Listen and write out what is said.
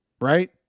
right